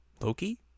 Loki